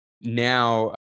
Now